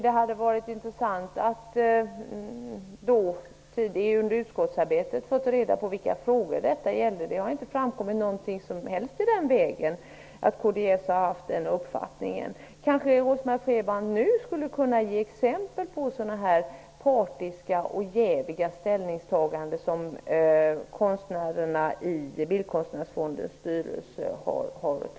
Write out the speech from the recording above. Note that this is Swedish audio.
Det hade varit intressant att tidigare under utskottsarbete få reda på vilka frågor detta gällde. Det har inte framkommit något som helst som tyder på att kds har den uppfattningen. Kanske Rose-Marie Frebran nu skulle kunna ge exempel på några sådana partiska och jäviga ställningstaganden som konstnärerna i Bildkonstnärsfondens styrelse har gjort?